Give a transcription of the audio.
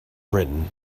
written